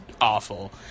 Awful